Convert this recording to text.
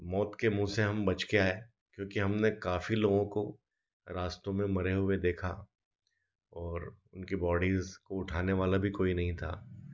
मौत के मुँह से हम बचकर आए क्योंकि हमने काफ़ी लोगों को रास्तों में मरे हुए देखा और उनकी बॉडीज़ को उठाने वाला भी कोई नहीं था